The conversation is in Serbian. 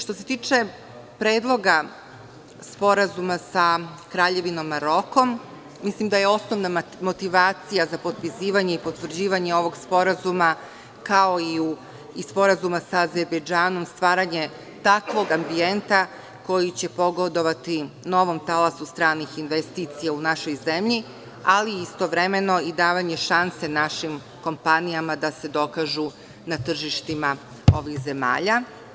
Što se tiče Predloga sporazuma sa Kraljevinom Maroko, mislim da je osnovna motivacija za potpisivanje i potvrđivanje ovog sporazuma, kao i Sporazuma sa Azerbejdžanom, stvaranje takvog ambijenta koji će pogodovati novom talasu stranih investicija u našoj zemlji, ali istovremeno i davanja šansi našim kompanijama da se dokažu na tržištima ovih zemalja.